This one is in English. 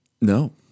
No